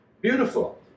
beautiful